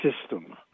system